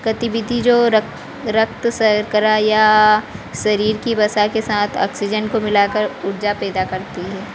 गतिविधि जो रक्त रक्त शर्करा या शरीर की वसा के साथ ऑक्सीजन को मिलाकर ऊर्जा पैदा करती है